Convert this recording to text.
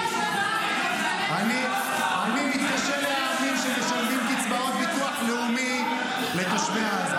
אני מתקשה להאמין שמשלמים קצבאות ביטוח לאומי לתושבי עזה,